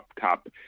top